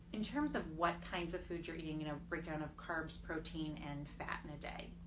in terms of what kinds of food you're eating in a breakdown of carbs, protein and fat in a day.